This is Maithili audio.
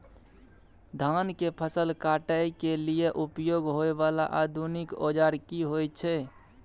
धान के फसल काटय के लिए उपयोग होय वाला आधुनिक औजार की होय छै?